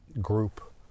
group